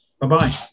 Bye-bye